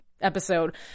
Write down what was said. episode